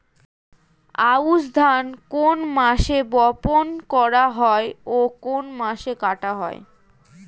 আউস ধান কোন মাসে বপন করা হয় ও কোন মাসে কাটা হয়?